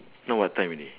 now what time already